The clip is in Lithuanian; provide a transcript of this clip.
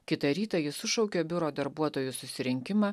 kitą rytą jis sušaukė biuro darbuotojų susirinkimą